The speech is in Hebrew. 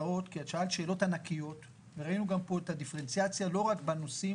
ראינו פה את הדיפרנציאציה לא רק בנושאים,